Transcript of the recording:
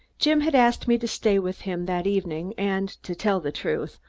jim had asked me to stay with him that evening and, to tell the truth,